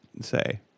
say